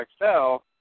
Excel